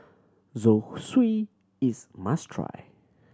zosui is must try